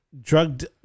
Drugged